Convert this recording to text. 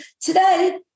today